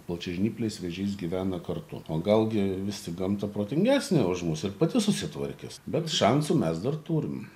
plačiažnyplis vėžys gyvena kartu o gal gi vis tik gamta protingesnė už mus ir pati susitvarkys bet šansų mes dar turim